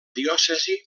diòcesi